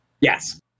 Yes